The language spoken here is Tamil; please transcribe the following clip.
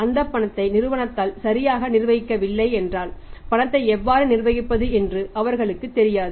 அந்த பணத்தை நிறுவனத்தால் சரியாக நிர்வகிக்கவில்லை என்றால் பணத்தை எவ்வாறு நிர்வகிப்பது என்று அவர்களுக்குத் தெரியாது